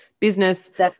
Business